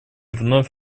вновь